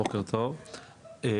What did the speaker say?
בוקר טוב,